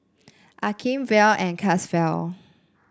Akeem Verl and Caswell